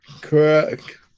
Correct